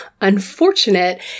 unfortunate